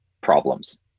problems